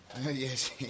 Yes